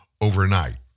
overnight